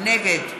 נגד